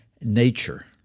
nature